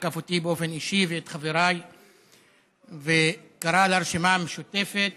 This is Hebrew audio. תקף אותי באופן אישי ואת חבריי וקרא לרשימה המשותפת